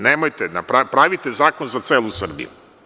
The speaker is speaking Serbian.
Nemojte, pravite zakon za celu Srbiju.